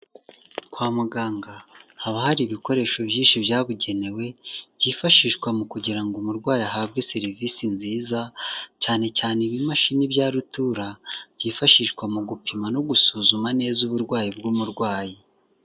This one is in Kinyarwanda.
Kwa muganga haba hari ibikoresho byinshi byabugenewe byifashishwa mu kugira ngo umurwayi ahabwe serivisi nziza cyane cyane ibimashini bya rutura byifashishwa mu gupima no gusuzuma neza uburwayi bw'umurwayi.